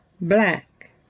Black